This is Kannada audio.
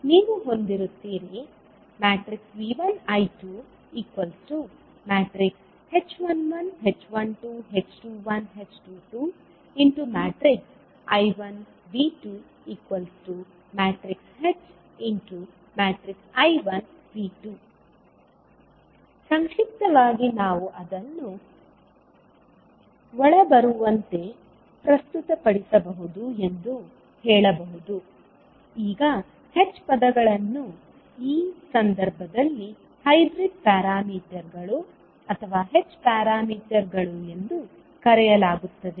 ಆದ್ದರಿಂದ ನೀವು ಹೊಂದಿರುತ್ತೀರಿ V1 I2 h11 h12 h21 h22 I1 V2 hI1 V2 ಸಂಕ್ಷಿಪ್ತವಾಗಿ ನಾವು ಅದನ್ನು ಒಳಬರುವಂತೆ ಪ್ರಸ್ತುತಪಡಿಸಬಹುದು ಎಂದು ಹೇಳಬಹುದು ಈಗ h ಪದಗಳನ್ನು ಈ ಸಂದರ್ಭದಲ್ಲಿ ಹೈಬ್ರಿಡ್ ಪ್ಯಾರಾಮೀಟರ್ಗಳು ಅಥವಾ h ಪ್ಯಾರಾಮೀಟರ್ಗಳು ಎಂದು ಕರೆಯಲಾಗುತ್ತದೆ